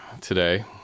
today